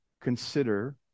consider